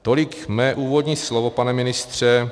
Tolik mé úvodní slovo, pane ministře.